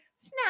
Snap